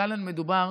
כאן מדובר